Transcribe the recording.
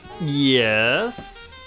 yes